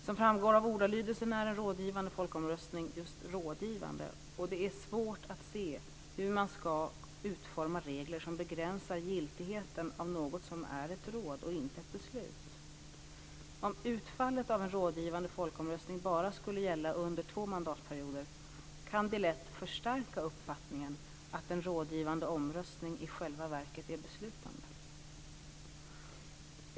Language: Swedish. Som framgår av ordalydelsen är en rådgivande folkomröstning just rådgivande. Det är svårt att se hur man ska utforma regler som begränsar giltigheten av något som är ett råd och inte ett beslut. Om utfallet av en rådgivande folkomröstning bara skulle gälla under två mandatperioder kan det lätt förstärka uppfattningen att en rådgivande omröstning i själva verket är beslutande.